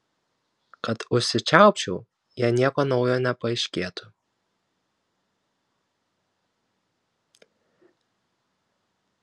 kad užsičiaupčiau jei nieko naujo nepaaiškėtų